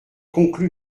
conclu